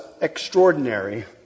extraordinary